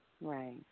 Right